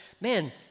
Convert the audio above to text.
man